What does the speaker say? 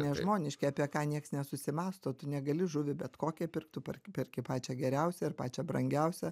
nežmoniškai apie ką niekas nesusimąsto tu negali žuvį bet kokią pirkt tu perki perki pačią geriausią ir pačią brangiausią